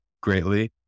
greatly